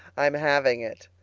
i'm having it!